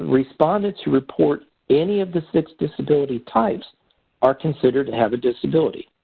respondents who report any of the six disability types are considered to have a disability.